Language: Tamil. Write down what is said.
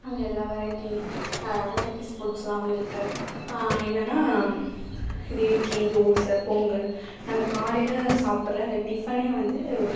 அங்கே எல்லா வெரைட்டி வெரைட்டிஸ் ஃபுட்ஸெலாம் வந்து இருக்கும் என்னென்னால் இது இட்லி தோசை பொங்கல் நம்ம காலையில் சாப்பிட்ற அந்த டிஃபனே வந்து